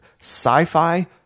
sci-fi